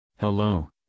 Hello